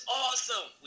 awesome